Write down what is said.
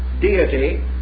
deity